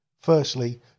Firstly